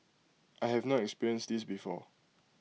I have not experienced this before